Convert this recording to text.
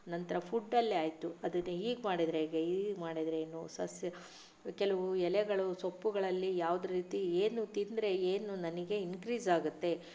ನಂತರ ಫ಼ುಡ್ಡಲ್ಲಿ ಆಯಿತು ಅದನ್ನು ಹೀಗೆ ಮಾಡಿದರೆ ಹೇಗೆ ಹೀಗೆ ಮಾಡಿದರೆ ಏನು ಸಸ್ಯ ಕೆಲವು ಎಲೆಗಳು ಸೊಪ್ಪುಗಳಲ್ಲಿ ಯಾವುದು ರೀತಿ ಏನು ತಿಂದರೆ ಏನು ನನಗೆ ಇನ್ಕ್ರೀಸ್ ಆಗುತ್ತೆ